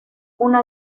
una